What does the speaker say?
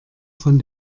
von